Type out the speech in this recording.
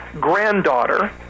granddaughter